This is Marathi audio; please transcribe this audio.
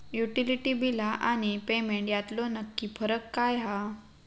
युटिलिटी बिला आणि पेमेंट यातलो नक्की फरक काय हा?